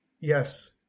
Yes